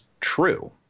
true